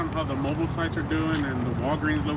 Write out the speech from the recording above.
mobile site you're doing and the